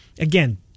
Again